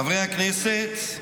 חברי הכנסת,